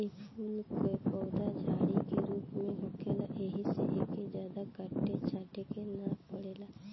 इ फूल कअ पौधा झाड़ी के रूप में होखेला एही से एके जादा काटे छाटे के नाइ पड़ेला